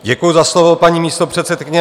Děkuji za slovo, paní místopředsedkyně.